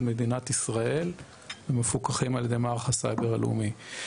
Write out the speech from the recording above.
מדינת ישראל ואנחנו מפוקחים על ידי מערך הסייבר הלאומי.